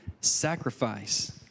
sacrifice